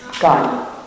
God